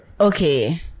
Okay